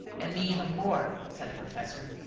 and me even more, said the professor.